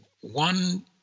one